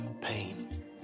pain